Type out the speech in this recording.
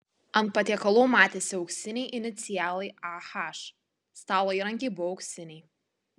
ant patiekalų matėsi auksiniai inicialai ah stalo įrankiai buvo auksiniai